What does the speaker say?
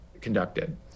conducted